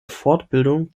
fortbildung